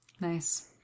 Nice